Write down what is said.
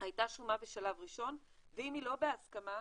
הייתה שומה בשלב ראשון ואם היא לא בהסכמה,